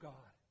God